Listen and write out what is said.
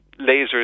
lasers